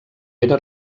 era